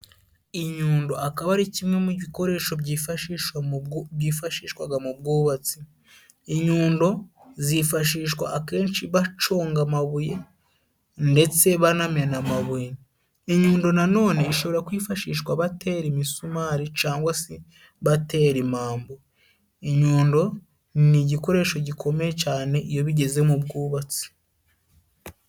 Inyundo akaba ari kimwe mu bikoresho byifashishwaga mu bwubatsi. Inyundo zifashishwa akenshi baconga amabuye ndetse banamena amabuye. Inyundo nanone ishobora kwifashishwa batera imisumari cangwa se batera imambo. Inyundo ni igikoresho gikomeye cane iyo bigeze mu bwubatsi.